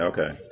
Okay